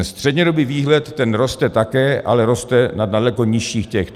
Střednědobý výhled roste také, ale roste na daleko nižších těch.